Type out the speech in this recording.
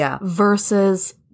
versus –